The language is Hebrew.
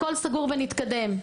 הכול סגור ונתקדם.